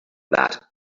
that